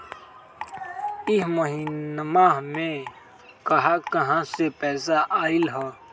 इह महिनमा मे कहा कहा से पैसा आईल ह?